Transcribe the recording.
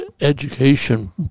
education